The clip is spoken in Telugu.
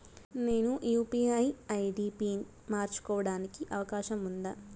నేను యు.పి.ఐ ఐ.డి పి మార్చుకోవడానికి అవకాశం ఉందా?